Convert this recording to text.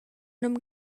num